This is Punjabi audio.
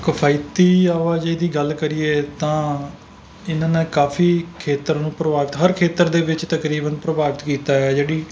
ਕਿਫਾਇਤੀ ਆਵਾਜ਼ਾਈ ਦੀ ਗੱਲ ਕਰੀਏ ਤਾਂ ਇਹਨਾਂ ਨੇ ਕਾਫੀ ਖੇਤਰ ਨੂੰ ਪ੍ਰਭਾਵਿਤ ਹਰ ਖੇਤਰ ਦੇ ਵਿੱਚ ਤਕਰੀਬਨ ਪ੍ਰਭਾਵਿਤ ਕੀਤਾ ਹੈ ਜਿਹੜੀ